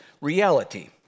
Reality